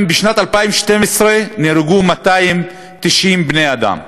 בשנת 2012 נהרגו 290 בני-אדם,